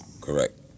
Correct